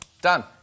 Done